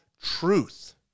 Truth